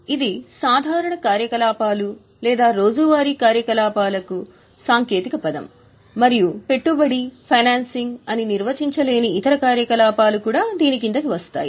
కాబట్టి ఇది సాధారణ కార్యకలాపాలు లేదా రోజువారీ కార్యకలాపాలకు సాంకేతిక పదం మరియు పెట్టుబడి మరియు ఫైనాన్సింగ్ అని నిర్వచించలేని ఇతర కార్యకలాపాలు కూడా దీని కిందకు వస్తాయి